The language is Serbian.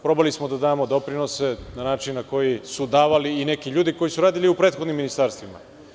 Probali smo da damo doprinose na način koji su davali i neki ljudi koji su radili u prethodnim ministarstvima.